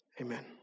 amen